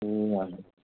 ए हजुर